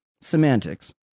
Semantics